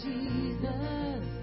Jesus